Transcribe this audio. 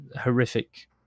horrific